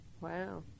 Wow